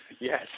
Yes